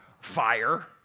Fire